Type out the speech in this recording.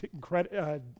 credit